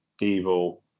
EVIL